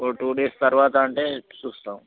ఓ two days తర్వాత అంటే చూస్తాం